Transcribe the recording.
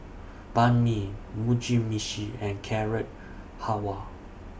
Banh MI Mugi Meshi and Carrot Halwa